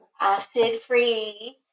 acid-free